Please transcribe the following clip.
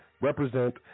represent